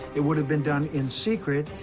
it would've been done in secret.